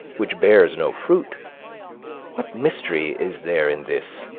which bears no fruit what mystery is there in this?